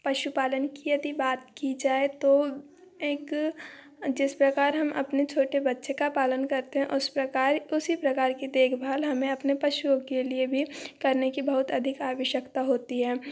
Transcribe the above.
पशुपालन की यदि बात की जाए तो एक जिस प्रकार हम अपने छोटे बच्चे का पालन करते हैं उस प्रकार उसी प्रकार की देखभाल हमें अपने पशुओं के लिए भी करने की बहुत अधिक आवश्यकता होती है